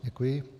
Děkuji.